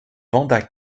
wanda